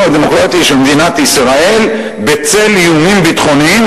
הדמוקרטי של מדינת ישראל בצל איומים ביטחוניים,